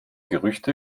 gerüchte